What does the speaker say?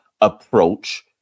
approach